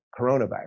coronavirus